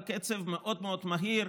בקצב מאוד מאוד מהיר.